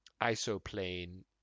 isoplane